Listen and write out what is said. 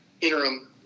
interim